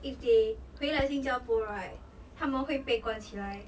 if they 回来新加坡 right 他们会被关起来